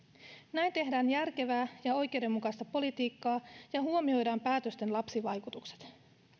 näin tehdään järkevää ja oikeudenmukaista politiikkaa ja huomioidaan päätösten lapsivaikutukset